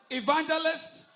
evangelists